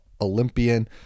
Olympian